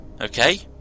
Okay